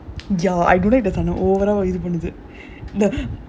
ya I ah இது பண்ணிக்கும்:idhu pannikkum